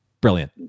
Brilliant